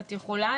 את יכולה,